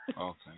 Okay